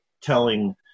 telling